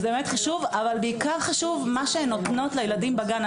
אבל בעיקר חשוב מה שהן נותנות לילדים בגן.